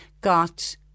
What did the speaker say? got